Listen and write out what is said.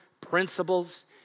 principles